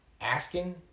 Asking